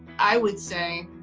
i would say